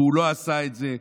והוא לא עשה את זה,